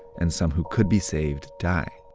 and some who could be saved, die.